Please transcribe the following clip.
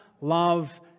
love